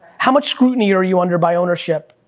how much scrutiny are you under by ownership?